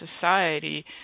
society